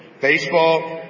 Baseball